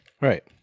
Right